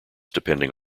depending